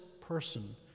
person